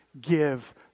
give